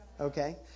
Okay